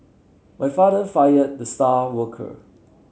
my father fired the star worker